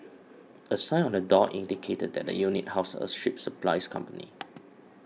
a sign on the door indicated that the unit housed a ship supplies company